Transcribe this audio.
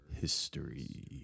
history